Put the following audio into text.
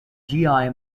ĝiaj